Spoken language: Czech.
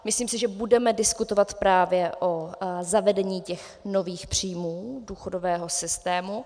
Myslím si, že budeme diskutovat právě o zavedení nových příjmů důchodového systému.